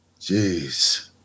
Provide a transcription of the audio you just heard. Jeez